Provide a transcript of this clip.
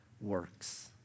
works